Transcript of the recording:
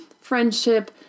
friendship